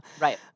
Right